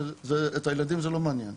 זה את הילדים לא מעניין.